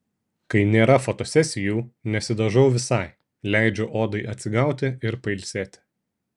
kai nėra fotosesijų nesidažau visai leidžiu odai atsigauti ir pailsėti